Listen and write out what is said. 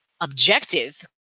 objective